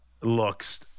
looks